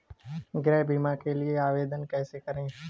गृह बीमा के लिए आवेदन कैसे करें?